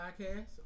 podcast